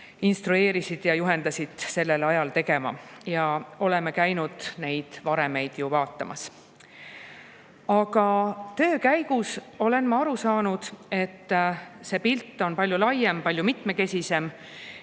ja juhendasid, mida teha. Ja me oleme käinud neid varemeid ju vaatamas. Aga töö käigus olen ma aru saanud, et see pilt on palju laiem, palju mitmekesisem.